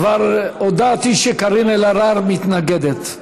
כבר הודעתי שקארין אלהרר מתנגדת.